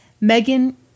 Megan